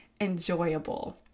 enjoyable